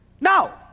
No